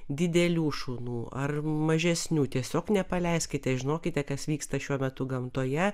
didelių šunų ar mažesnių tiesiog nepaleiskite žinokite kas vyksta šiuo metu gamtoje